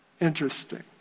interesting